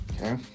Okay